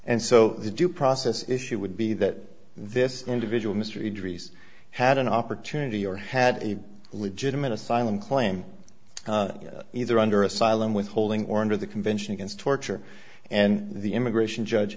and so the due process issue would be that this individual mr idrees had an opportunity or had a legitimate asylum claim either under asylum withholding or under the convention against torture and the immigration judge